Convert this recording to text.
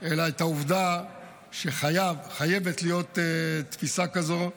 אלא את העובדה שחייבת להיות תפיסה כזו,